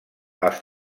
els